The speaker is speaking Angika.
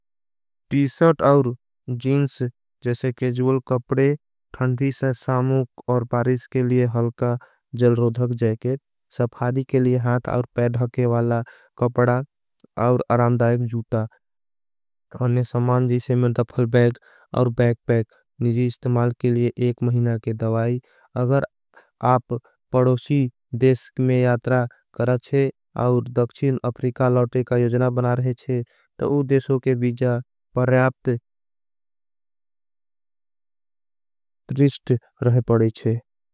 टीशर्ट और जीन्स जैसे केजूल कपड़े थंधी। सामोक और पारिश के लिए हलका जल्रोधख। जैकेट सफारी के लिए हाथ और पैड़ धखेवाला। कपड़ा और अरामदायक जूता अगर आप पड़ोशी देश में यात्रा कर रहे हैं और दक्षिन अफरिका। लोटे का योजना बना रहे हैं तो वो देशों। के बीजा परयाप्ट से त्रिश्ट रहे पड़े हैं।